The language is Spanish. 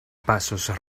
pasos